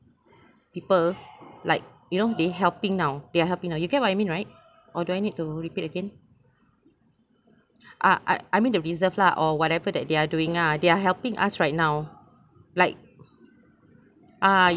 people like you know they helping now they are helping now you get what you mean right or do I need to repeat again uh I I mean the reserve lah or whatever that they are doing uh they are helping us right now like uh